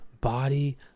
body